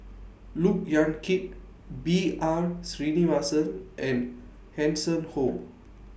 Look Yan Kit B R Sreenivasan and Hanson Ho